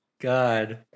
God